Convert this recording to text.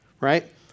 right